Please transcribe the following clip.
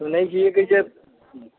सुनैत छिऐ कि जे